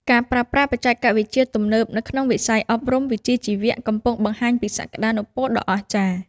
ការប្រើប្រាស់បច្ចេកវិទ្យាទំនើបនៅក្នុងវិស័យអប់រំវិជ្ជាជីវៈកំពុងបង្ហាញពីសក្តានុពលដ៏អស្ចារ្យ។